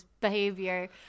behavior